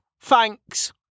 thanks